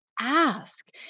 ask